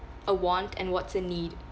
a want and what's a need